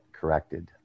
corrected